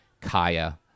Kaya